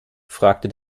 fragte